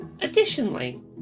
Additionally